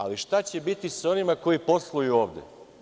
Ali šta će biti sa onima koji posluju ovde?